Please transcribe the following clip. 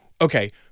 okay